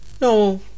No